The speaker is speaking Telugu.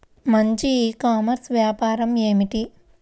మంచి ఈ కామర్స్ వ్యాపారం ఏమిటీ?